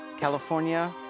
California